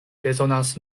bezonas